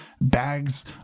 bags